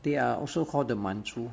they are also called the 蛮族